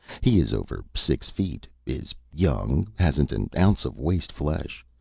he is over six feet, is young, hasn't an ounce of waste flesh,